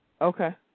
Okay